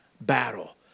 battle